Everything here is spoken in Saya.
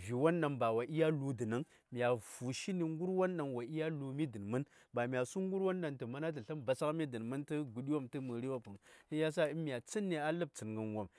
vi: won ɗaŋ ba wo ɗya lu dənəŋmya fi nə gərwon ɗaŋ wo ɗya lu:mi dən mən ba mya su gərwon ɗaŋ wo manda slən pasakmi guɗi wopm tə mə:ri wopm. Shiyasa in mya tsənni a ləb tsəngən,